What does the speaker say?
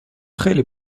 خیلی